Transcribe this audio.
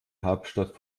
hauptstadt